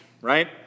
right